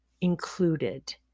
included